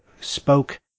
spoke